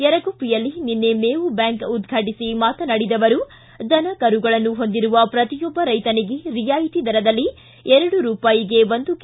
ಯರಗುಪ್ಪಿಯಲ್ಲಿ ನಿನ್ನೆ ಮೇವು ಬ್ಯಾಂಕ್ ಉದ್ವಾಟಿಸಿ ಮಾತನಾಡಿದ ಅವರು ದನ ಕರುಗಳನ್ನು ಹೊಂದಿರುವ ಪ್ರತಿಯೊಬ್ಬ ರೈತನಿಗೆ ರಿಯಾಯಿತಿ ದರದಲ್ಲಿ ಎರಡು ರೂಪಾಯಿಗೆ ಒಂದು ಕೆ